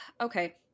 okay